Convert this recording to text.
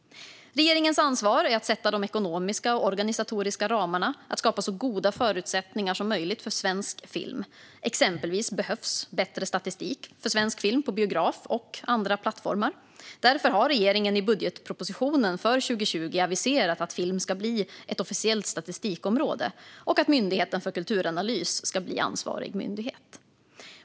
Regeringens ansvar är att sätta de ekonomiska och organisatoriska ramarna samt att skapa så goda förutsättningar som möjligt för svensk film. Exempelvis behövs bättre statistik för svensk film på biograf och andra plattformar. Därför har regeringen i budgetpropositionen för 2020 aviserat att film ska bli ett officiellt statistikområde och att Myndigheten för kulturanalys ska bli ansvarig myndighet.